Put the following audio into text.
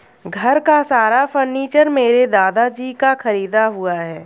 घर का सारा फर्नीचर मेरे दादाजी का खरीदा हुआ है